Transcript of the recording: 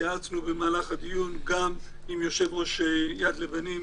התייעצנו במהלך הדיון גם עם יושב-ראש יד לבנים,